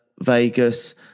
Vegas